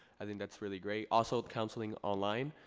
i think that's really great. also counseling online,